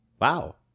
Wow